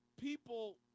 people